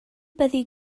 byddi